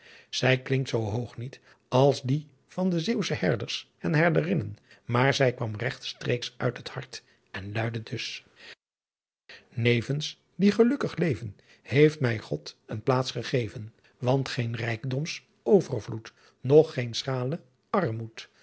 zij klinkt zoo hoog niet als die van de zeeuwsche herders en herderinnen maar zij kwam regtstreeks uit het hart en luidde dus nevens die gheluckig leven heeft my god een plaets gegeven want geen rijckdoms overvloedt noch geen schrale